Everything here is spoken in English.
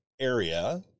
area